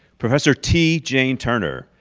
professor t jane turner,